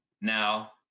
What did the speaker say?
Now